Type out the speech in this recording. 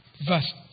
verse